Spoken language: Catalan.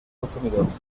consumidors